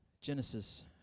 Genesis